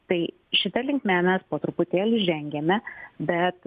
tai šita linkme mes po truputėlį žengiame bet